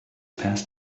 past